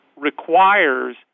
requires